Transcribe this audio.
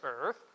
earth